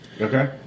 Okay